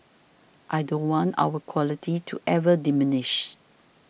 I don't want our quality to ever diminish